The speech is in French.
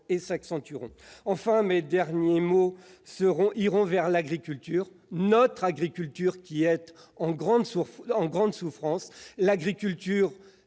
et s'accentueront. Mes derniers mots iront à l'agriculture, notre agriculture, qui est en grande souffrance. Un travail